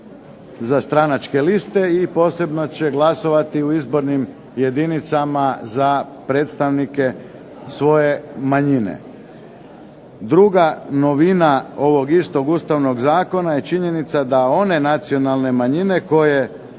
za stranačke liste i posebno će glasovati u izbornim jedinicama za predstavnike svoje manjine. Druga novina ovog istog Ustavnog zakona je činjenica da one nacionalne manjine koje